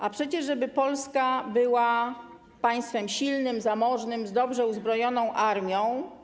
A przecież żeby Polska była państwem silnym, zamożnym, z dobrze uzbrojoną armią.